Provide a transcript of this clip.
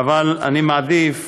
אבל אני מעדיף